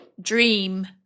Dream